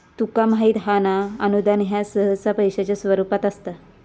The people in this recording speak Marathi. तुका माहित हां ना, अनुदान ह्या सहसा पैशाच्या स्वरूपात असता